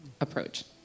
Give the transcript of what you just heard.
approach